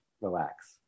relax